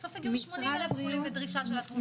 בסוף הגיעו 80,000 חולים לדרישה של התרופה הספציפית.